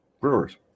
brewers